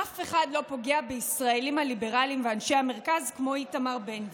אף אחד לא פוגע בישראלים הליברלים ואנשי המרכז כמו איתמר בן גביר.